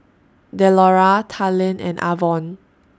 Delora Talen and Avon